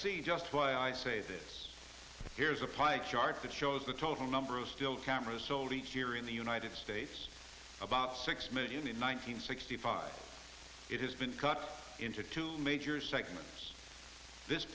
see just why i say this here's a pie chart that shows the total number of still cameras sold each year in the united states about six million one hundred sixty five it has been cut into two major segments this